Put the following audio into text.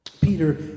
Peter